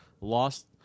lost